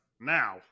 now